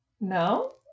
no